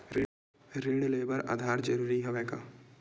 ऋण ले बर आधार जरूरी हवय का?